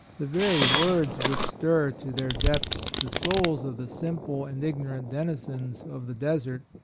the very words which stir to their depths the souls of the simple and ignorant denizens of the desert,